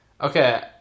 Okay